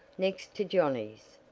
next to johnnie's.